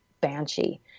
banshee